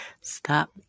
Stop